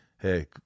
hey